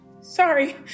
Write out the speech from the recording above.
Sorry